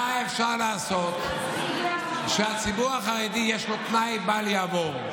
מה אפשר לעשות שהציבור החרדי יש לו תנאי בל יעבור: